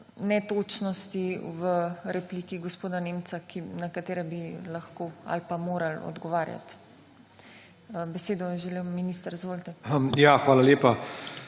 netočnosti v repliki gospoda Nemca, na katere bi lahko ali pa morali odgovarjati. Besedo je želel minister. Izvolite.